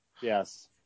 Yes